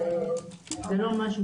זה לא משהו